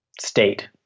state